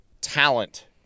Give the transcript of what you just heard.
talent